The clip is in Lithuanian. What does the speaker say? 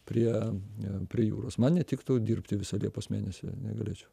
prie prie jūros man netiktų dirbti visą liepos mėnesį negalėčiau